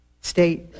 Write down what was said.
state